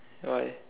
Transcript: why